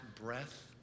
breath